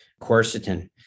Quercetin